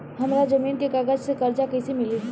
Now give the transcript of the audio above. हमरा जमीन के कागज से कर्जा कैसे मिली?